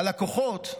הלקוחות,